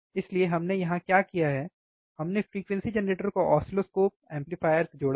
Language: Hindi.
इसलिए हमने यहां क्या किया है हमने फ्रीक्वेंसी जेनरेटर को ऑसिलोस्कोप एम्पलीफायर से जोड़ा है